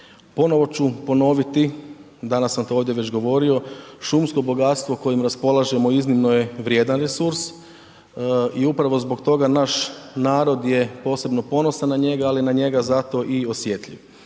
Ponovo ću ponoviti, danas sam to ovdje već govorio, šumsko bogatstvo kojim raspolažemo iznimno je vrijedan resurs i upravo zbog toga naš narod je posebno ponosan na njega, ali na njega zato i osjetljiv